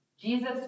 Jesus